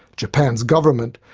japan's government,